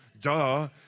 Duh